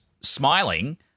smiling